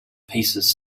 pieces